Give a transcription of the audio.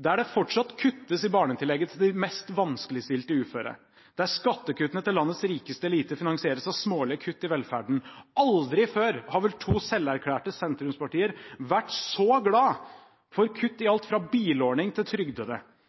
der det fortsatt kuttes i barnetillegget til de mest vanskeligstilte uføre, og der skattekuttene til landets rikeste elite finansieres av smålige kutt i velferden. Aldri før har vel to selverklærte sentrumspartier vært så glade for kutt i